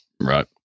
right